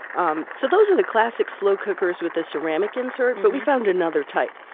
um so those are the classic slow cookers with the ceramic insert but we found another type.